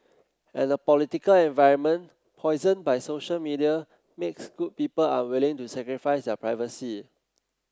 and the political environment poisoned by social media makes good people unwilling to sacrifice their privacy